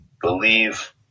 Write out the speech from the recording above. believe